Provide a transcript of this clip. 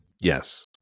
Yes